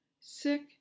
sick